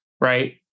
right